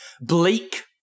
bleak